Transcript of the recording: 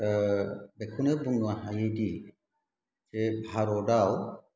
बेखौनो बुंनो हायोदि जे भारतआव